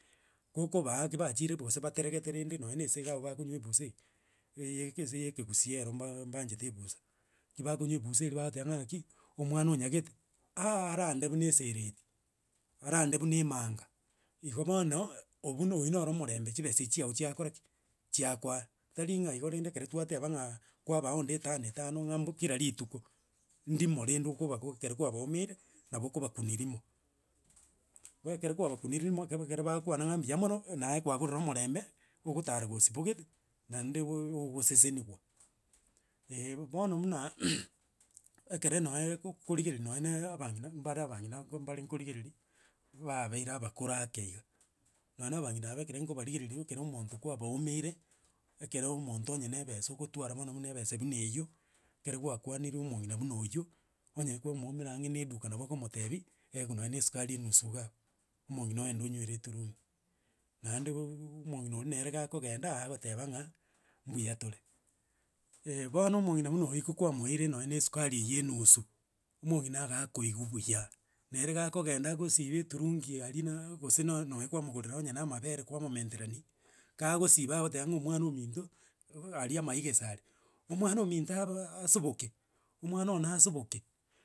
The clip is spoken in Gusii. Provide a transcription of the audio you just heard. Gokobaa ki bachire ebusaa. bategerete rende nonya esege agwo bakonywa ebusaa enywo. Eye ense eye nyeito ye ekegusii baachete ebusaa. Ki bakonywa ebusaa iri. bagotemba buna ngakii omwana onyagete aa arande buna esereti arande buna emanga. Igo bono oyu noro omorembe chibesa chiao. chiakora ki? Chiakora tari nga igo rende twateba nga. kwa baa onde etanoetano. nga nkera vituko. Ndimo rende okobaa ekero kwa baumeire. nabo okobakuni rimo. Ekero kwa bakuniri rimo. ekero ba kwana mbuya mono kwa gorire omorembe ogotara ko sibogete naende ogosesenigwa. boria buna ekero okorigereria no abagiria. bare korigeriria babeire abakoro ake iga. Nonya abagina aba ekero kobarigereria. ekero omonto kwa baumeire. ekero omonto. onye ne ebesa ogwotwara. bono ebesa buna enywo ekero gwakaniri omogina buna onywo. onya kwa mwoumera ange ne duka. nabo okomotebi. nonya eskuri enusu gabu. Omogina oebu. Omogina oria nere gakogenda. iga gotemba inga mbuya tore. bono omogina buna onywo ki kwa moire nonye esukari enywo enusu. Omogina niga koigu buya. Nere gakogenda agosiba eturungi ari agose na kwa mogorera nonya na amabere kwa mumenterani. ka gosiba igo agoteba omwana ominto aria amaiga asare “omwana ominto asoboke. omwano one asoboke”